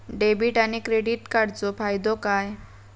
Debit आणि credit कार्डचो फायदो काय?